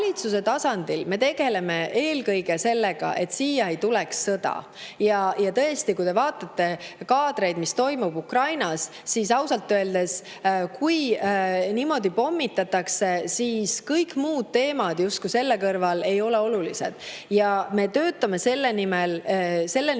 tulevad. Valitsuse tasandil me tegeleme eelkõige sellega, et siia ei tuleks sõda. Kui te vaatate kaadreid, mis toimub Ukrainas, siis ausalt öeldes, kui niimoodi pommitatakse, siis kõik muud teemad selle kõrval justkui ei ole olulised. Me töötame selle nimel ja selle